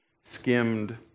skimmed